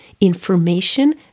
information